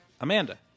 Amanda